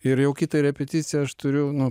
ir jau kitą repeticiją aš turiu nu